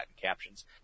captions